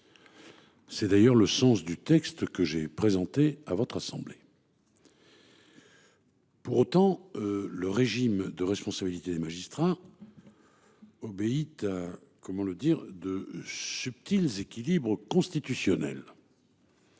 C'est d'ailleurs le sens du texte que j'ai présenté à votre assemblée. Pour autant. Le régime de responsabilité des magistrats. Obéit. Comment le dire de subtils équilibres constitutionnels.